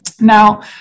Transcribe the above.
Now